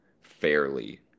fairly